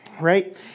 right